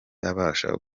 abasha